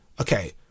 okay